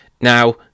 Now